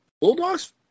Bulldogs